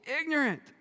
ignorant